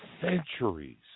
centuries